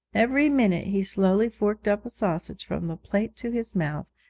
every minute he slowly forked up a sausage from the plate to his mouth,